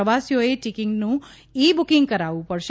પ્રવાસીઓએ ટિકીટનું e booking કરાવવું પડશે